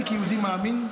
אני, כיהודי מאמין,